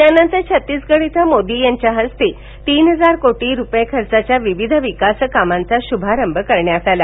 त्यानंतर छत्तीसगढ इथं मोदी यांच्या हस्ते तीन हजार कोटी रुपये खर्चाच्या विविध विकासकामांचा शुभारंभ करण्यात आला